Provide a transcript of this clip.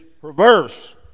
perverse